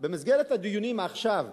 במסגרת הדיונים עכשיו,